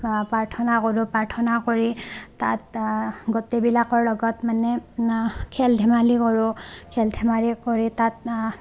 প্ৰাৰ্থনা কৰোঁ প্ৰাৰ্থনা কৰি তাত গোটেইবিলাকৰ লগত মানে খেল ধেমালি কৰোঁ খেল ধেমালি কৰি তাত